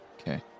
Okay